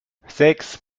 sechs